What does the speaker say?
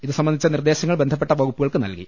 ഇതുസംബന്ധിച്ച നിർദ്ദേശങ്ങൾ ബന്ധപ്പെട്ട വകുപ്പു കൾക്ക് നൽകി